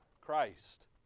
Christ